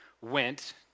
went